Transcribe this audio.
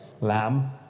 Lamb